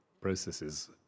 processes